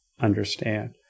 understand